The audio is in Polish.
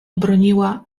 broniła